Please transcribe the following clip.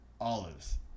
olives